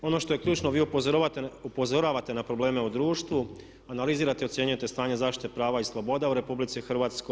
Ono što je ključno, vi upozoravate na probleme u društvu, analizirate i ocjenjujete stanje zaštite prava i sloboda u RH.